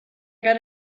got